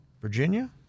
Virginia